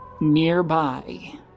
nearby